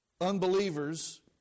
Unbelievers